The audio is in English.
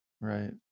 Right